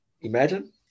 Imagine